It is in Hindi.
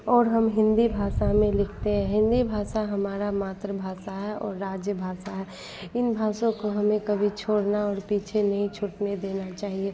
और हम हिन्दी भाषा में लिखते हैं हिन्दी भाषा हमारी मातृभाषा है और राज्य भाषा है इन भाषाओं को हमें कभी छोड़ना और पीछे नहीं छूटने देना चाहिए